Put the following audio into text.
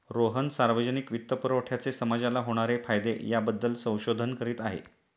रोहन सार्वजनिक वित्तपुरवठ्याचे समाजाला होणारे फायदे याबद्दल संशोधन करीत आहे